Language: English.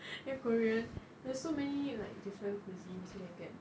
ya korea there's so many different cuisines you get